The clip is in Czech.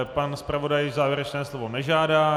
Pan zpravodaj závěrečné slovo nežádá.